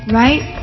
right